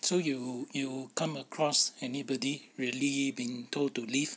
so you you come across anybody really being told to leave